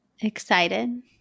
Excited